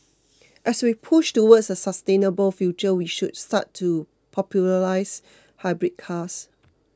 as we push towards a sustainable future we should start to popularise hybrid cars